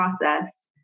process